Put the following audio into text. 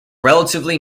relatively